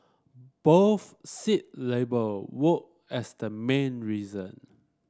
both cited labour woe as the main reason